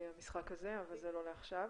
המשחק הזה, אבל זה לא לעכשיו.